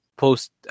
post